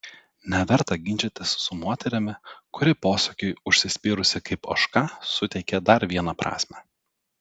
neverta ginčytis su moterimi kuri posakiui užsispyrusi kaip ožka suteikė dar vieną prasmę